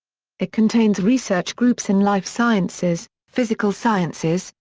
it contains research groups in life sciences, physical sciences,